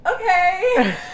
okay